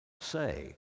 say